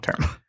term